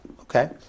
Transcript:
Okay